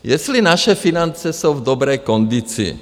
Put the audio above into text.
Jestli naše finance jsou v dobré kondici?